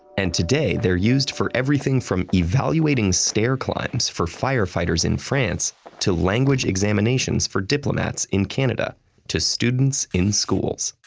and today, they're used for everything from evaluating stair climbs for firefighters in france to language examinations for diplomats in canada to students in schools.